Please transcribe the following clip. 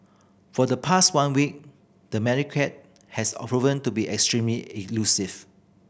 for the past one week the has proven to be extremely elusive